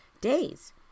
days